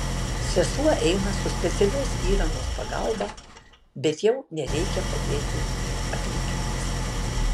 sesuo eina su specialios įrangos pagalba bet jau nereikia padėti aplinkiniams